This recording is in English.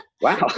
Wow